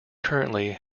currently